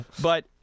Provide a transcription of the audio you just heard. but-